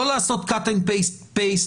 לא לעשות cut and paste מדויק.